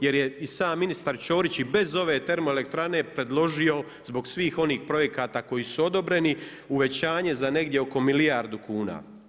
Jer je i sam ministar Ćorić i bez ove termoelektrane predložio zbog svih onih projekata koji su odobreni uvećanje za negdje oko milijardu kuna.